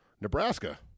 Nebraska